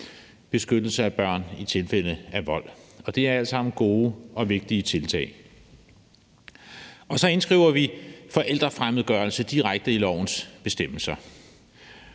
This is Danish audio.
beskyttelse af børn i tilfælde af vold. Det er alt sammen gode og vigtige tiltag. Så indskriver vi forælderfremmedgørelse direkte i lovens bestemmelser.